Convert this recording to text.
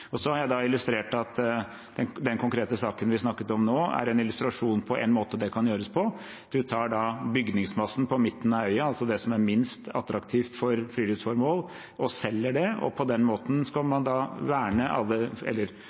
Så er den konkrete saken vi snakket om nå, en illustrasjon på en måte det kan gjøres på. Vi tar bygningsmassen på midten av øya, altså det som er minst attraktivt for friluftsformål, og selger det, og på den måten